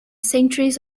centuries